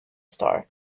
star